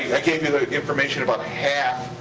i gave you the information about half,